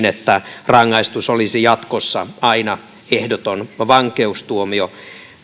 että rangaistus olisi jatkossa aina ehdoton vankeustuomio